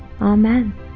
Amen